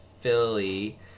Philly